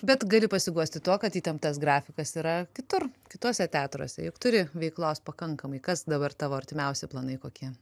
bet gali pasiguosti tuo kad įtemptas grafikas yra kitur kituose teatruose juk turi veiklos pakankamai kas dabar tavo artimiausi planai kokie